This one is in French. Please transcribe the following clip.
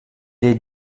est